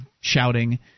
shouting